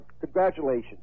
congratulations